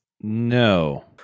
No